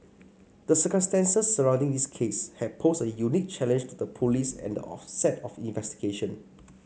the circumstances surrounding this case had posed a unique challenge to the police at the onset of investigation